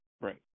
Right